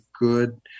good